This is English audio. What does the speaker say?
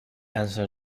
answer